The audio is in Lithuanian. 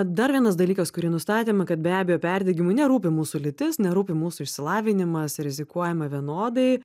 dar vienas dalykas kurį nustatėme kad be abejo perdegimui nerūpi mūsų lytis nerūpi mūsų išsilavinimas rizikuojama vienodai